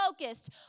focused